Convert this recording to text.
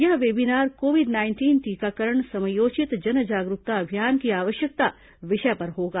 यह webinar COVID nineteen टीकाकरण समयोचित जन जागरूकता अभियान की आवश्यकता विषय पर होगा